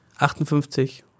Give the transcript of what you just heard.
58